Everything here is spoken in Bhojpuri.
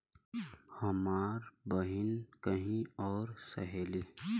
हमार बहिन कहीं और रहेली